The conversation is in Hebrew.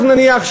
נניח,